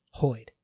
Hoid